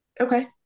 Okay